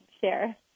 share